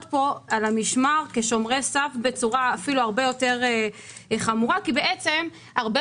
פה על המשמר כשומרי סף בצורה הרבה יותר חמורה כי הרבה